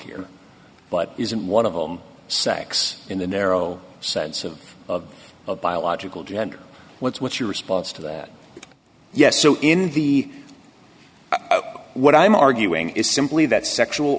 here but isn't one of them sex in the narrow sense of of of biological gender what's what's your response to that yes so in the what i'm arguing is simply that sexual